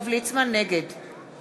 נגד